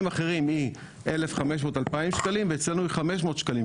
אחרים היא 1,500 עד 2,000 שקלים ואצלנו היא 500 שקלים.